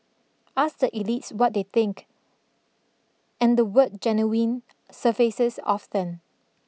ask the elites what they think and the word genuine surfaces often